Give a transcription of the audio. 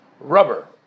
rubber